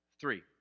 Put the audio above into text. three